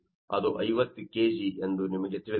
ಅದು 50kg ಎಂದು ನಿಮಗೆ ತಿಳಿದಿದೆ